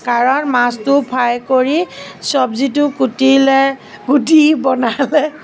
কাৰণ মাছটো ফ্ৰাই কৰি চব্জিটো কুটিলে কুটি বনালে